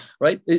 right